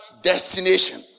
destination